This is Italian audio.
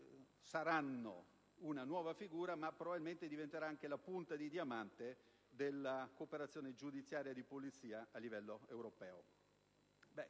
una nuova figura e probabilmente diventeranno anche la punta di diamante della cooperazione giudiziaria e di polizia a livello europeo.